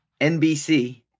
NBC